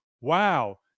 Wow